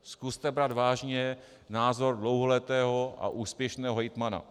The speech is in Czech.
Zkuste brát vážně názor dlouholetého a úspěšného hejtmana.